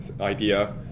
idea